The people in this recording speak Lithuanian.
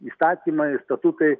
įstatymai ir statutai